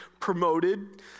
promoted